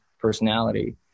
personality